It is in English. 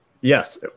yes